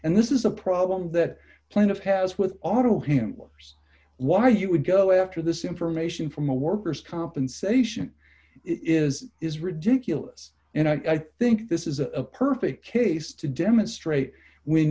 and this is a problem that kind of has with auto him workers why you would go after this information from a workers compensation is is ridiculous and i think this is a perfect case to demonstrate when